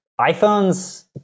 iPhones